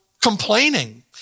complaining